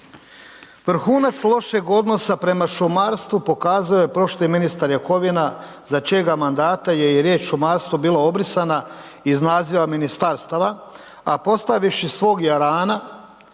Vrhunac lošeg odnosa prema šumarstvu pokazao je prošli ministar Jakovina za čijega mandata je i riječ „šumarstvo“ bila obrisana iz naziva ministarstava a postavivši svog jarana